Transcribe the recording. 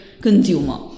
consumer